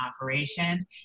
operations